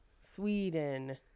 Sweden